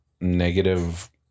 negative